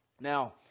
Now